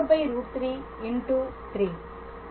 3 4√3 ஆகும்